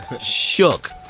shook